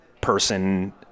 person